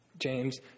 James